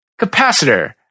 Capacitor